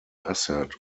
asset